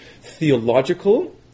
theological